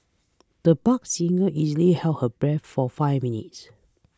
the buck singer easily held her breath for five minutes